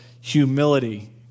humility